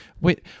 Wait